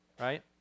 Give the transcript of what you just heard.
right